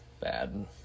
bad